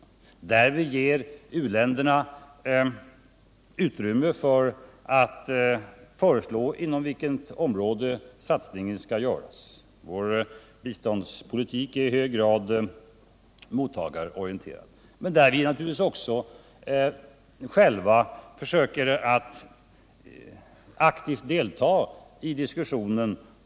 I dessa diskussioner ger vi u-länderna utrymme att föreslå på vilket område satsningen skall göras. Vår biståndspolitik är alltså i hög grad mottagarorienterad. Men självfallet försöker vi också själva att aktivt delta i diskussionen.